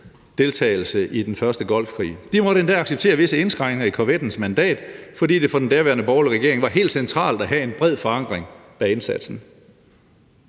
deltagelse i den første Golfkrig. De måtte endda acceptere visse indskrænkninger i korvettens mandat, fordi det for den daværende borgerlige regering var helt centralt at have en bred forankring bag indsatsen.